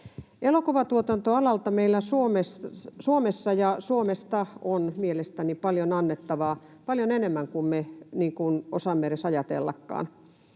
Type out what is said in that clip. Elokuvatuotantoalalla meillä Suomessa ja Suomesta on mielestäni paljon annettavaa — paljon enemmän kuin me osaamme edes ajatellakaan.